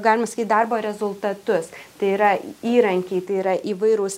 galima sakyt darbo rezultatus tai yra įrankiai tai yra įvairūs